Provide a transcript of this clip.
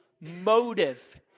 motive